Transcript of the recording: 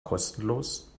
kostenlos